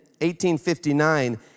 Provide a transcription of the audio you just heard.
1859